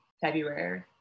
February